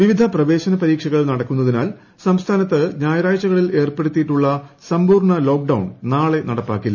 വിവിധ പ്രവേശന പരീക്ഷകൾ നടക്കുന്നതിനാൽ സംസ്ഥാനത്ത് ഞായറാഴ്ചകളിൽ ഏർപ്പെടുത്തിയിട്ടുള്ള സമ്പൂർണ്ണ ലോക്ഡൌൺ നാളെ നടപ്പാക്കില്ല